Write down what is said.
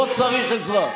לא צריך עזרה.